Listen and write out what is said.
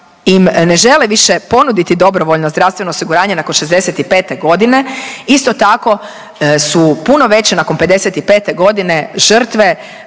im ne žele više ponuditi dobrovoljno zdravstveno osiguranje nakon 65.g., isto tako su puno veće nakon 55.g. žrtve